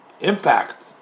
impact